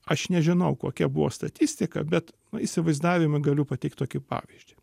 aš nežinau kokia buvo statistika bet įsivaizdavimui galiu pateikt tokį pavyzdį